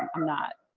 i'm not